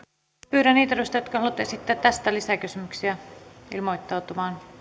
pyydän niitä edustajia jotka haluavat esittää tästä lisäkysymyksiä ilmoittautumaan